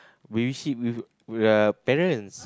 we will see we are parents